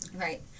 Right